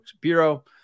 Bureau